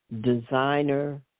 Designer